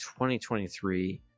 2023